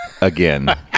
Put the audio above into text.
again